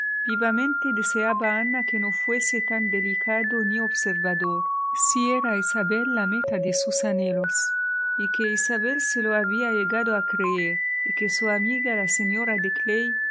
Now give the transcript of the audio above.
vivamente deseaba ana que no fuese tan delicado ni observador si era isabel la meta de sus anhelos y que isabel se lo había llegado a creer y que su amiga la señora de